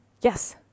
yes